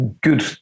good